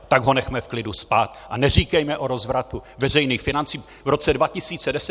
Tak ho nechme v klidu spát a neříkejme o rozvratu veřejných financí v roce 2010!